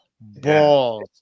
Balls